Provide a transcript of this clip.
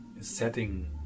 setting